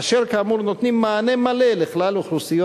אשר כאמור נותנים מענה מלא לכלל אוכלוסיות